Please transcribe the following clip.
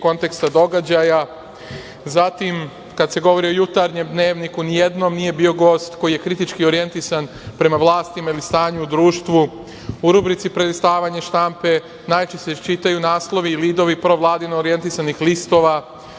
konteksta događaja. Kada se govori o jutarnjem dnevniku, nijednom nije bio gost koji je kritički orijentisan prema vlasti ili stanju u društvu.U rubrici „prelistavanje štampe“ najčešće se iščitaju naslovi provladino orijentisanih listova.